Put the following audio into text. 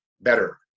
better